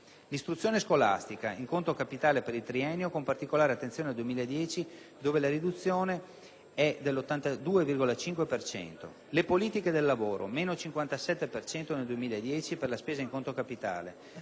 istruzione scolastica (in conto capitale per il triennio con particolare attenzione al 2010 dove la riduzione è pari all'82,5 per cento); politiche del lavoro (meno 57 per cento nel 2010 per la spesa in conto capitale);